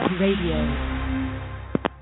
Radio